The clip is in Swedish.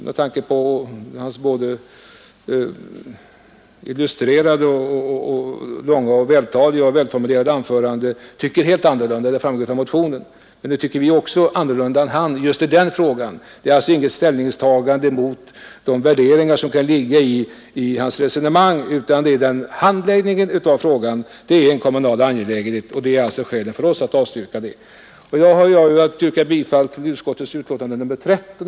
Med tanke på herr Svenssons långa och välformulerade anförande förstår jag att han har en helt annan uppfattning — det framgår också av motionen, men just här tycker vi annorlunda än han. Det är inte fråga om ett ställningstagande mot de värderingar som kan ligga bakom hans rescnemang, utan skälet för vårt avstyrkande är att handläggningen av denna angelägenhet är en kommunal uppgift. Jag yrkar bifall till utskottets hemställan i dess betänkande nr 13.